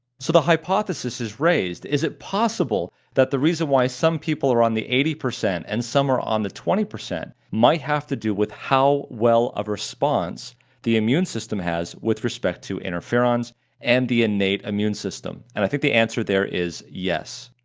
so the hypothesis is raised is it possible that the reason why some people are on the eighty percent and some are on the twenty might have to do with how well of response the immune system has with respect to interferons and the innate immune system, and i think the answer there is yes,